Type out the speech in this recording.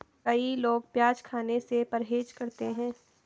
कई लोग प्याज खाने से परहेज करते है